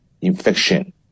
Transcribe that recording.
infection